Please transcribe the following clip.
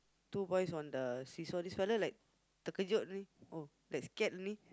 two boys on the see-saw this fella like terkejut oh like scared only